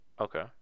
Okay